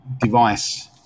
device